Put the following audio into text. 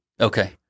Okay